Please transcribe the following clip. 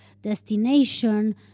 destination